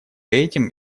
этим